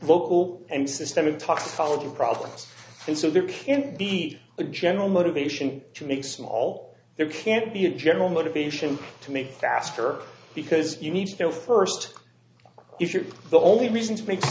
local and systemic toxicology problems so there can't be a general motivation to make small there can't be a general motivation to make faster because you need to know first if you're the only reason